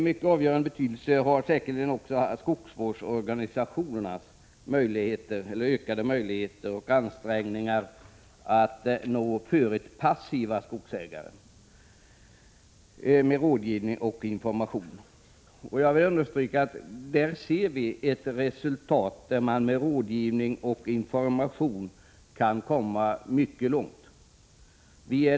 Mycket stor betydelse har säkerligen också skogsvårdsorganisationernas bättre möjligheter att nå förut passiva skogsägare med rådgivning och information. Jag vill understryka att vi här ser att man med rådgivning och information kan komma mycket långt.